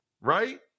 right